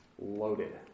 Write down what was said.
loaded